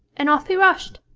and off he rushed.